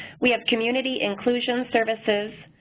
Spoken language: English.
we have community inclusion services,